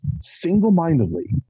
single-mindedly